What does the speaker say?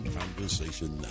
conversation